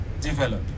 develop